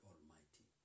Almighty